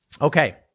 Okay